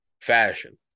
fashion